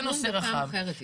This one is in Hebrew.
זה נושא רחב.